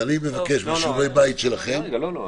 אז אני מבקש בשיעורי הבית שלכם --- לא, לא.